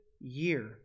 year